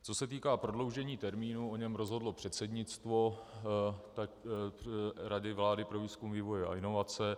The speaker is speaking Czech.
Co se týká prodloužení termínu, o něm rozhodlo předsednictvo Rady vlády pro výzkum, vývoj a inovace.